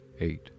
eight